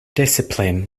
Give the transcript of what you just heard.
discipline